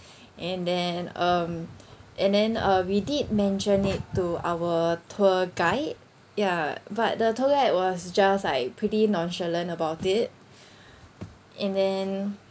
and then um and then uh we did mention it to our tour guide ya but the tour guide was just like pretty nonchalant about it and then